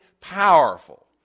powerful